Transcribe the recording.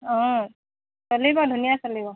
অঁ চলিব ধুনীয়া চলিব